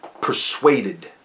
persuaded